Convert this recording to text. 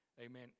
Amen